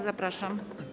Zapraszam.